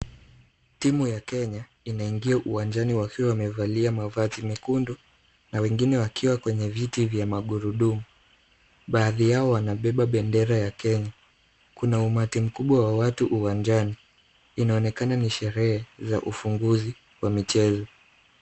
Timu ya Kenya inaingia uwanjani wakiwa wamevalia mavazi mekundu na wengine wakiwa kwenye viti vya magurudumu baadhi yao wanabeba bendera ya Kenya. Kuna umati mkubwa wa watu uwanjani inaonekana ni sherehe za ufunguzi wa michezo.